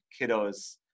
kiddos